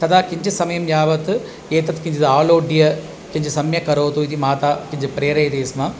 तदा किञ्चित् समयं यावत् एतत् किञ्चित् आलोड्य किञ्चित् सम्यक् करोतु इति माता किञ्चित् प्रेरयति स्म